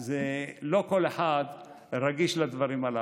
לא כל אחד רגיש לדברים הללו.